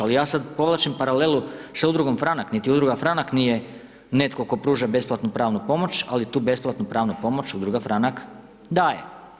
Ali, ja sada povlačim paralelu s Udrugom Franak, niti udruga Franak nije netko tko pruža besplatnu pravnu pomoć, ali tu besplatnu pravnu pomoć, udruga Franak daje.